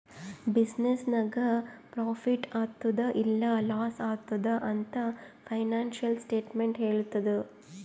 business ನಾಗ್ profit ಆತ್ತುದ್ ಇಲ್ಲಾ ಲಾಸ್ ಆತ್ತುದ್ ಅಂತ್ ಫೈನಾನ್ಸಿಯಲ್ ಸ್ಟೇಟ್ಮೆಂಟ್ ಹೆಳ್ತುದ್